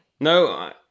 No